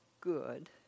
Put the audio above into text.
good